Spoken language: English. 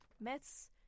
myths